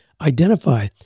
identify